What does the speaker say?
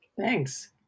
Thanks